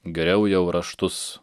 geriau jau raštus